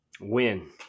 Win